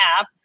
app